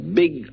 big